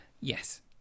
Yes